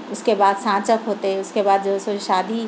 اور اس کے بعد سانچپ ہوتے اس کے بعد جو ہے سو شادی